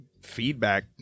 feedback